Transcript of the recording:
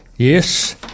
Yes